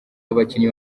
abakinnyi